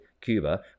Cuba